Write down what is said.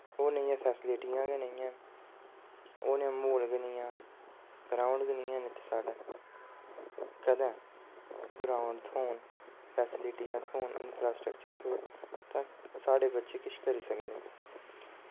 ओह् नेहियां फैस्लिटियां गै निं हैन ओह् नेआं म्हौल गै निं ऐ ग्राऊंड गै निं ऐ न इत्थै साढ़ै कदै ग्राऊंड थ्हौन फैस्लिटियां थ्होन इंफास्ट्रक्चर थ्होऐ ते साढ़े बच्चे किश करी सकदे न